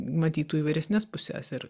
matytų įvairesnes puses ir